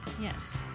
Yes